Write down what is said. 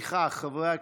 לפיכך, חברי הכנסת,